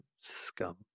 scum